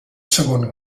segon